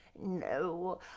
No